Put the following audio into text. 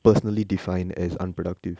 personally define as unproductive